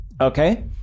Okay